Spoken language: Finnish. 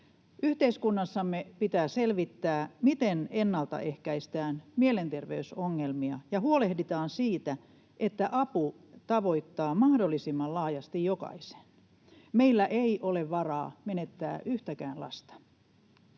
Yhteiskunnassamme pitää selvittää, miten ennalta ehkäistään mielenterveysongelmia ja huolehditaan siitä, että apu tavoittaa mahdollisimman laajasti jokaisen. Meillä ei ole varaa menettää yhtäkään lasta.